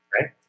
Right